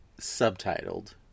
subtitled